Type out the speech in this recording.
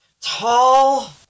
tall